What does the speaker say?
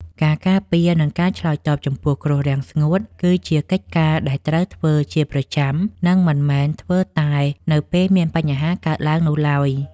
ការការពារ និងការឆ្លើយតបចំពោះគ្រោះរាំងស្ងួតគឺជាកិច្ចការដែលត្រូវធ្វើជាប្រចាំ និងមិនមែនធ្វើតែនៅពេលមានបញ្ហាកើតឡើងនោះឡើយ។